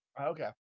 Okay